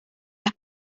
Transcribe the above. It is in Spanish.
las